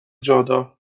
جادار